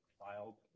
filed